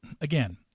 again